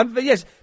Yes